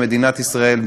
במדינת ישראל,